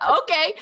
okay